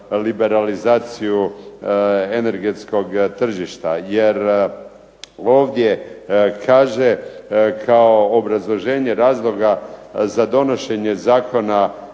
liberalizaciju energetskog tržišta, jer ovdje kaže kao obrazloženje razloga za donošenje zakona